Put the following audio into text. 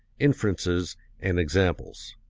inferences and examples.